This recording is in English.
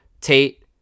Tate